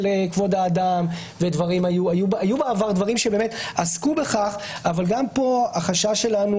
כבוד האדם והיו בעבר דברים שבאמת עסקו בכך אבל גם פה החשש שלנו